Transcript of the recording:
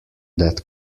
that